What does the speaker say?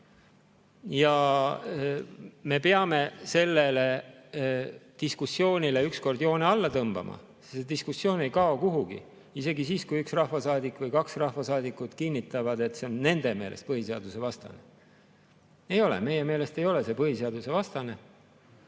Me peame sellele diskussioonile ükskord joone alla tõmbama, sest see diskussioon ei kao kuhugi, isegi siis, kui üks rahvasaadik või kaks rahvasaadikut kinnitavad, et see on nende meelest põhiseadusevastane. Ei ole! Meie meelest ei ole see põhiseadusevastane,